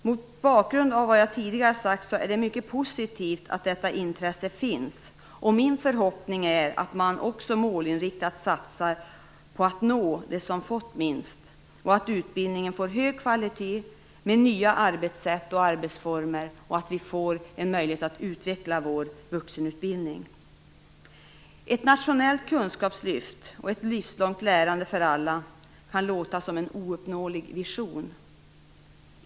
Mot bakgrund av vad jag tidigare sagt är det mycket positivt att detta intresse finns, och min förhoppning är att man också målinriktat satsar på att nå dem som fått minst, att utbildningen får hög kvalitet med nya arbetssätt och arbetsformer och att vi får en möjlighet att utveckla vår vuxenutbildning. Ett nationellt kunskapslyft och ett livslångt lärande för alla kan låta som en ouppnåelig vision.